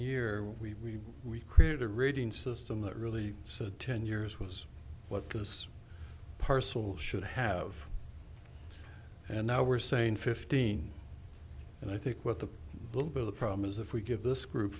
year we we created a rating system that really said ten years was what this parcel should have and now we're saying fifteen and i think what the little bit of the problem is if we give this group